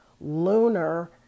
lunar